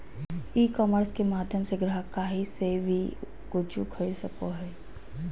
ई commerce के माध्यम से ग्राहक काही से वी कूचु खरीदे सको हइ